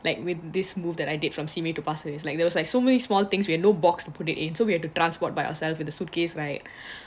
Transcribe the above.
like with this move that I did from simei to pasir ris like those like so many small things and no box and put it in so we had to transport by ourselves in a suitcase right